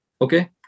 Okay